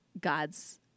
God's